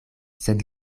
sed